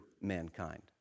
mankind